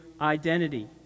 identity